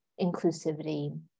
inclusivity